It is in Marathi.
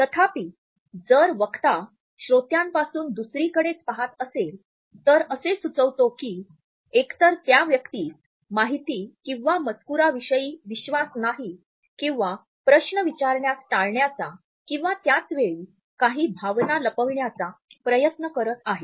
तथापि जर वक्ता श्रोत्यांपासून दुसरीकडेच पाहत असेल तर असे सुचवतो की एकतर त्या व्यक्तीस माहिती किंवा मजकुराविषयी विश्वास नाही किंवा प्रश्न विचारण्यास टाळण्याचा किंवा त्याच वेळी काही भावना लपविण्याचा प्रयत्न करत आहे